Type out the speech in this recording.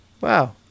Wow